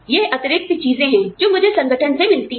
यह अतिरिक्त चीजें हैं जो मुझे संगठन से मिलती हैं